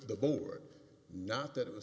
the board not that it was